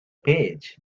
page